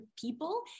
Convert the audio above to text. people